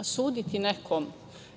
suditi nekom